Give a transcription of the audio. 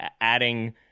adding